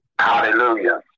Hallelujah